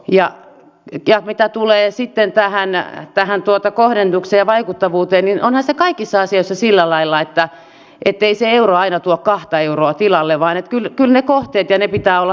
ja mitä tulee sitten tähän kohdennukseen ja vaikuttavuuteen niin onhan se kaikissa asioissa sillä lailla ettei se euro aina tuo kahta euroa tilalle vaan kyllä niiden kohteiden pitää olla hyvin valittu